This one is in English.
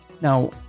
Now